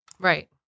Right